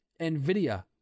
NVIDIA